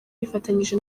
yifatanyije